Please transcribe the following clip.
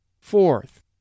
Fourth